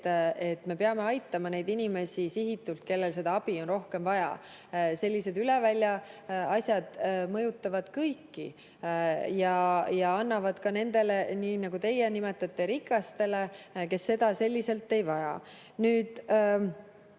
sihistatult aitama neid inimesi, kellel seda abi on rohkem vaja. Sellised üle välja asjad mõjutavad kõiki ja annavad ka nendele, nii nagu teie nimetate, rikastele, kes seda selliselt ei vaja.